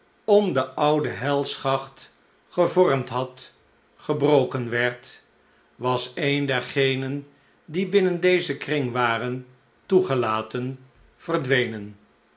om de oude helschacht gevormd had gebroken werd was een dergenen die binnen dezen kring waren toegelaten verdwenen